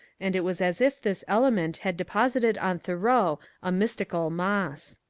and it was as if this element had deposited on thoreau a mystical moss.